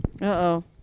Uh-oh